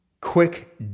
quick